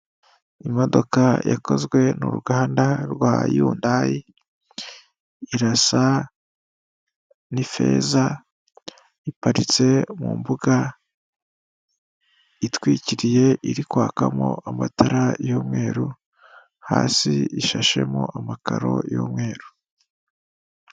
Imodoka yakozwe n'uruganda rwa Yundayi, irasa n'ifeza, iparitse mu mbuga itwikiriye iri kwakamo amatara y'umweru hasi ishashemo amakaro y'umweru.